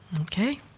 Okay